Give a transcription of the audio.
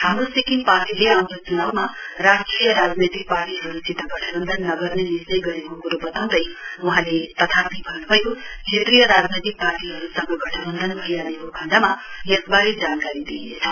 हाम्रो सिक्किम पार्टीले आउँदो च्नाउमा राष्ट्रिय राजनैतिक पार्टीहरूसित गठनबन्धन नगर्ने निश्चय गरेको क्रो बताउँदै वहाँले तथापि भन्न्भयो क्षेत्रीय राजनैतिक पार्टीहरूसँग गठबन्धन भइहालेको खण्डमा यसबारे जानकारी दिइनेछ